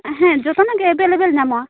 ᱦᱮᱸ ᱡᱚᱛᱚᱱᱟᱜ ᱜᱮ ᱮᱵᱮᱞᱮᱵᱮᱞ ᱧᱟᱢᱚᱜᱼᱟ